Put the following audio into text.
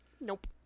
Nope